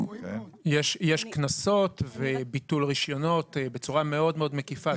יש קנסות וביטול רישיונות בצורה מאוד מאוד מקיפה.